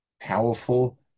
powerful